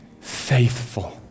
faithful